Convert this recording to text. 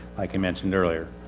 like i mentioned earlier.